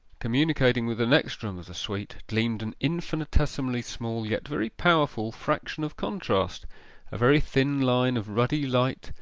communicating with the next room of the suite, gleamed an infinitesimally small, yet very powerful, fraction of contrast a very thin line of ruddy light,